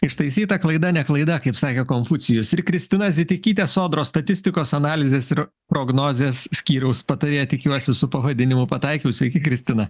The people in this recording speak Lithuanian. ištaisyta klaida ne klaida kaip sakė konfucijus ir kristina zitikytė sodros statistikos analizės ir prognozės skyriaus patarėja tikiuosi su pavadinimu pataikiau sveiki kristina